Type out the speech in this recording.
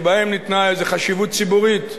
שבהם ניתנה איזו חשיבות ציבורית,